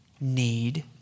need